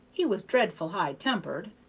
he was dreadful high-tempered.